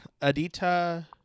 Adita